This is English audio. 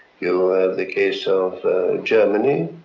you have the case of germany,